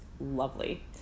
lovely